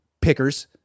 pickers